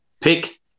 pick